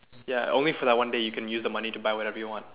ya only for that one day you can use the money to buy whatever you want